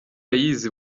yayize